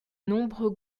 nombreux